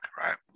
right